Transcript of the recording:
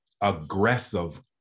aggressive